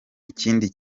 ikindi